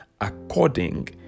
according